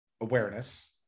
awareness